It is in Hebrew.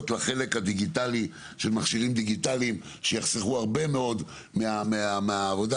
של מכשירים דיגיטליים שיחסכו הרבה מאוד עבודה.